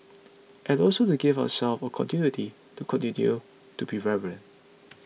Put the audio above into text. and also to give ourselves a continuity to continue to be relevant